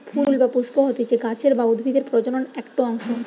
ফুল বা পুস্প হতিছে গাছের বা উদ্ভিদের প্রজনন একটো অংশ